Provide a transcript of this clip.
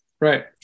Right